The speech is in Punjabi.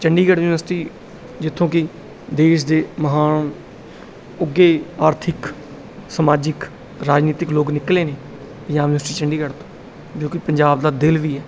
ਚੰਡੀਗੜ੍ਹ ਯੂਨੀਵਰਸਿਟੀ ਜਿੱਥੋਂ ਕਿ ਦੇਸ਼ ਦੇ ਮਹਾਨ ਉੱਘੇ ਆਰਥਿਕ ਸਮਾਜਿਕ ਰਾਜਨੀਤਿਕ ਲੋਕ ਨਿਕਲੇ ਨੇ ਪੰਜਾਬ ਯੂਨੀਵਰਸਿਟੀ ਚੰਡੀਗੜ੍ਹ ਤੋਂ ਜੋ ਕਿ ਪੰਜਾਬ ਦਾ ਦਿਲ ਵੀ ਹੈ